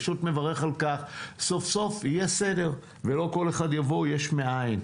שפוט מברך על כך סוף סוף יהיה סדר ולא כל אחד יבוא יש מאין,